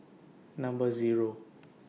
Number Zero